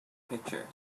picture